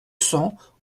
cents